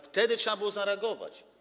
Wtedy trzeba było zareagować.